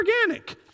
organic